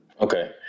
Okay